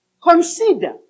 Consider